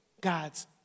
God's